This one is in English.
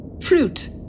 Fruit